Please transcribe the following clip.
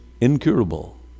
incurable